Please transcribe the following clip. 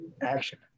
Action